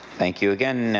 thank you, again,